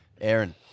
Aaron